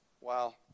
Wow